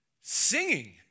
Singing